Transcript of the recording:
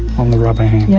on the rubber hand. yeah